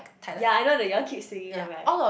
ya I know that you all keep singing one right